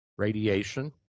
Radiation